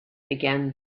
began